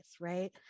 right